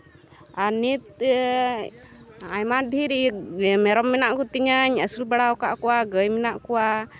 ᱟᱨ ᱱᱤᱛ ᱟᱭᱢᱟ ᱰᱷᱤᱨ ᱢᱮᱨᱚᱢ ᱢᱮᱱᱟᱜ ᱠᱚᱛᱤᱧᱟ ᱟᱹᱥᱩᱞ ᱵᱟᱲᱟ ᱟᱠᱟᱫ ᱠᱚᱣᱟ ᱜᱟᱹᱭ ᱢᱮᱱᱟᱜ ᱠᱚᱣᱟ